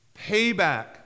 Payback